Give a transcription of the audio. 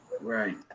Right